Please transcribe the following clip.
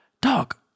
dog